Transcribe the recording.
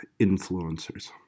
influencers